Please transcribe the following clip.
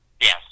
Yes